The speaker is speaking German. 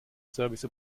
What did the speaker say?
service